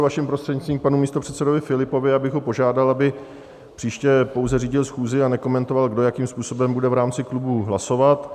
Vaším prostřednictvím, k panu místopředsedovi Filipovi, já bych ho požádal, aby příště pouze řídil schůzi a nekomentoval, kdo jakým způsobem bude v rámci klubů hlasovat.